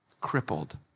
crippled